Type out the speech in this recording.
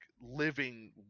living